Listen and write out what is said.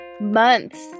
months